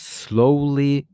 slowly